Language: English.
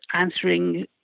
answering